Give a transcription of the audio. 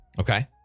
okay